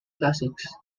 classics